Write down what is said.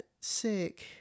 sick